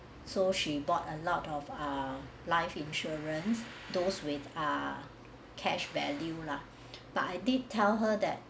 so she bought a lot of a life insurance those with a cash value lah but I did tell her that